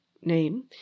name